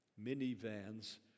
minivans